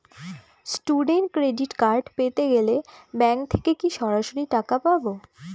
Student credit card পেতে গেলে bank থেকে কি সরাসরি টাকা পাবো?